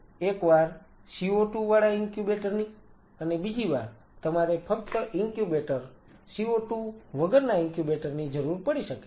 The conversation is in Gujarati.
તમારે એકવાર CO2 વાળા ઇન્ક્યુબેટર ની અને બીજીવાર તમારે ફક્ત ઇન્ક્યુબેટર CO2 વગરના ઇન્ક્યુબેટર ની જરૂર પડી શકે છે